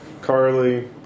Carly